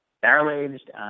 barrel-aged